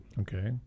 Okay